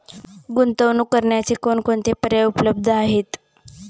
गुंतवणूक करण्याचे कोणकोणते पर्याय उपलब्ध आहेत?